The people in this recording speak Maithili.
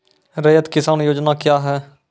रैयत किसान योजना क्या हैं?